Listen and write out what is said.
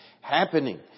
happening